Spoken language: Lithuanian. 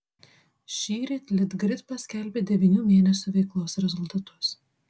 šįryt litgrid paskelbė devynių mėnesių veiklos rezultatus